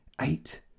eight